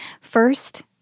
First